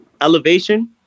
elevation